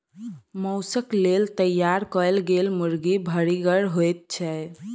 मौसक लेल तैयार कयल गेल मुर्गी भरिगर होइत छै